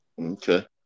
Okay